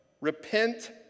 Repent